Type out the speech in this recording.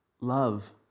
Love